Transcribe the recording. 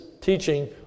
teaching